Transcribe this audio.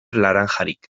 laranjarik